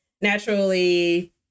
naturally